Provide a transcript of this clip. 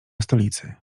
stolicy